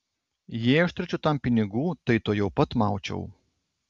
jei aš turėčiau tam pinigų tai tuojau pat maučiau